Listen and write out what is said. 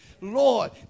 Lord